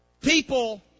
People